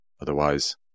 otherwise